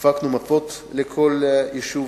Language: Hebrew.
הפקנו מפות לכל יישוב,